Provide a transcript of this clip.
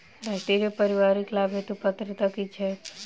राष्ट्रीय परिवारिक लाभ हेतु पात्रता की छैक